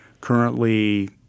currently